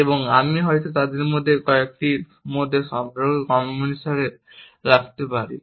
এবং আমি হয়ত তাদের মধ্যে কয়েকটির মধ্যে সম্পর্ক ক্রমানুসারে রাখতে পারি